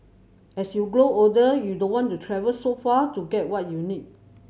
as you grow older you don't want to travel so far to get what you need